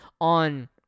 on